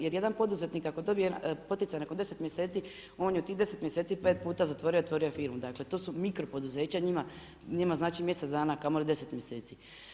Jer jedan poduzetnik ako dobije poticaj nakon 10 mjeseci, on je u tih 10 mjeseci 5 puta zatvorio i otvorio firmu, dakle, to su mikro poduzeća, njima znači mjesec dana, kamoli 10 mjeseci.